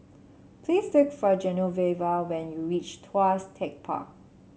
please look for Genoveva when you reach Tuas Tech Park